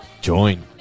Join